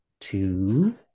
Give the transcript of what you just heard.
two